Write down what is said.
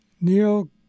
Neil